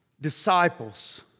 disciples